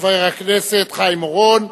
חבר הכנסת חיים אורון.